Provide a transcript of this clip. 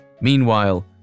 Meanwhile